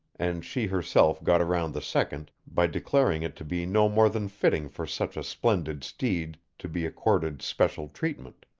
and she herself got around the second by declaring it to be no more than fitting for such a splendid steed to be accorded special treatment.